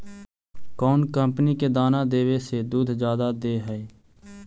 कौन कंपनी के दाना देबए से दुध जादा दे है?